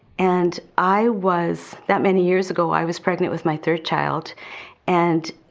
and i was, that many years ago, i was pregnant with my third child and